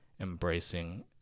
embracing